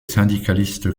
syndicaliste